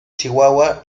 chihuahua